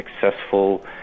successful